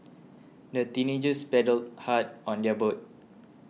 the teenagers paddled hard on their boat